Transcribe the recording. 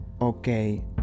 okay